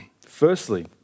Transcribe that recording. Firstly